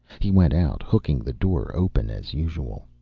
he went out, hooking the door open as usual.